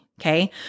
Okay